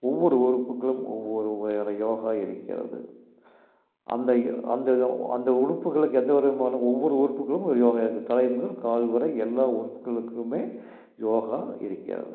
ஒவ்வொரு உறுப்புக்கும் ஒவ்வொரு வகையான யோகா இருக்கிறது அந்த இ அந்த யோ அந்த உறுப்புகளுக்கு எந்த விதமான ஒவ்வொரு உறுப்புக்கும் ஒரு யோகா இருக்குது தலை முதல் கால் வரை எல்லா உறுப்புகளுக்குமே யோகா இருக்கிறது